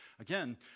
again